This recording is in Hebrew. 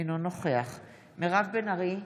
אינו נוכח מירב בן ארי,